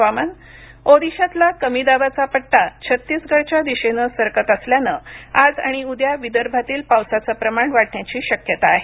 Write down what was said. हवामान ओदिशातला कमी दाबाचा पट्टा छत्तिसगडच्या दिशेनं सरकत असल्यानं आज आणि उद्या विदर्भातील पावसाचं प्रमाण वाढण्याची शक्यता आहे